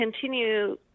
continue